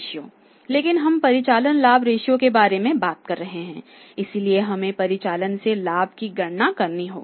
लेकिन हम परिचालन लाभ रेश्यो के बारे में बात कर रहे हैं इसलिए हमें परिचालन से लाभ की गणना करनी होगी